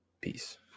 Peace